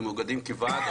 אנחנו מאוגדים כוועד.